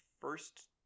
first